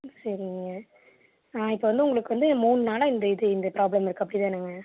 சரிங்க இப்போ வந்து உங்களுக்கு வந்து மூனு நாளாக இந்த இது இந்த பிராப்ளம் இருக்குது அப்படிதானங்க